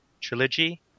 trilogy